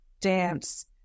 dance